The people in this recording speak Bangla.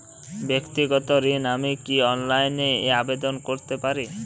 ব্যাক্তিগত ঋণ আমি কি অনলাইন এ আবেদন করতে পারি?